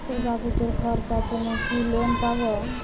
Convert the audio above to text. দূর্গাপুজোর খরচার জন্য কি লোন পাব?